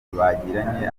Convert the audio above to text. bagiranye